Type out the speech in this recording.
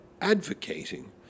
advocating